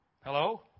Hello